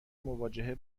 مواجهه